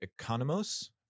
economos